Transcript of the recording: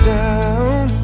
down